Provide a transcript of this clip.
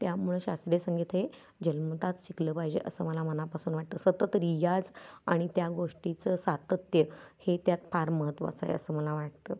त्यामुळं शास्त्रीय संगीत हे जन्मतःच शिकलं पाहिजे असं मला मनापासून वाटतं सतत रियाज आणि त्या गोष्टीचं सातत्य हे त्यात फार महत्त्वाचं आहे असं मला वाटतं